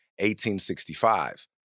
1865